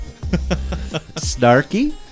snarky